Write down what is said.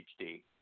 HD